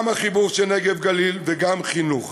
גם החיבור של נגב וגליל וגם חינוך.